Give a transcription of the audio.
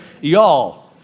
Y'all